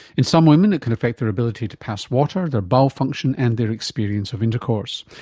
in some women it can affect their ability to pass water, their bowel function and their experience of intercourse.